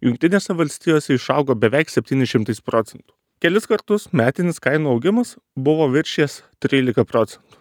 jungtinėse valstijose išaugo beveik septyniais šimtais procentų kelis kartus metinis kainų augimas buvo viršijęs trylika procentų